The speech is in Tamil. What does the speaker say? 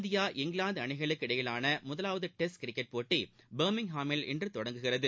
இந்தியா இங்கிலாந்து அணிகளுக்கு இடையேயான முதவாவது டெஸ்ட் கிரிக்கெட் போட்டி பர்மிங்காமில் இன்று தொடங்குகிறது